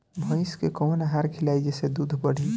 भइस के कवन आहार खिलाई जेसे दूध बढ़ी?